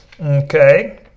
okay